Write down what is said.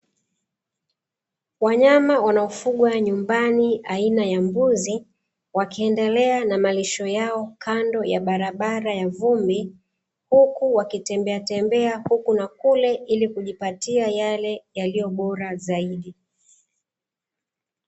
Wanyama wanaofugwa nyumbani aina ya mbuzi, wakiendelea na marisho yao kando ya barabara ya vumbi, huku wakitembea tembea huku na kule kujipatia yale yaliyo bora zaidi.